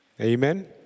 Amen